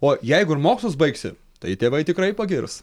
o jeigu ir mokslus baigsi tai tėvai tikrai pagirs